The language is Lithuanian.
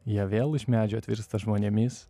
jie vėl iš medžio atvirsta žmonėmis